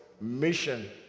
mission